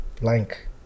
blank